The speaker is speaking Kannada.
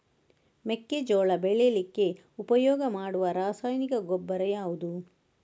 ಮೆಕ್ಕೆಜೋಳ ಬೆಳೀಲಿಕ್ಕೆ ಉಪಯೋಗ ಮಾಡುವ ರಾಸಾಯನಿಕ ಗೊಬ್ಬರ ಯಾವುದು?